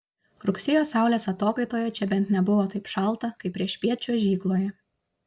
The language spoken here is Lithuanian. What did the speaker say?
rugsėjo saulės atokaitoje čia bent nebuvo taip šalta kaip priešpiet čiuožykloje